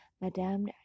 Madame